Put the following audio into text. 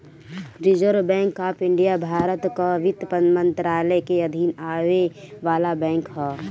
reserve Bank of India Bharat कअ वित्त मंत्रालय के अधीन आवे वाला बैंक हअ